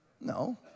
No